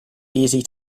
easy